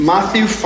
Matthew